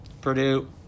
Purdue